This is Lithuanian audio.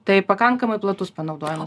tai pakankamai platus panaudojimas